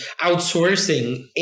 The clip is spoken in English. outsourcing